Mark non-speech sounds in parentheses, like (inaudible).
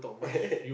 (laughs)